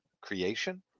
creation